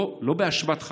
לא באשמת המערכות,